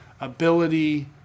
ability